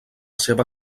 seva